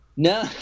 no